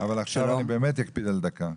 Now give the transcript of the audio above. אבל עכשיו אני באמת אקפיד על דקה.